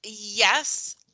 Yes